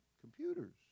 computers